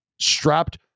strapped